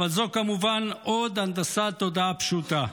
אבל זו כמובן עוד הנדסת תודעה פשוטה.